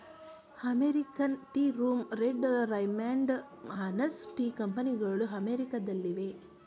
American tea room, red Raymond, Harney's tea ಕಂಪನಿಗಳು ಅಮೆರಿಕದಲ್ಲಿವೆ